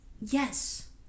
yes